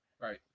Right